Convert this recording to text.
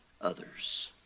others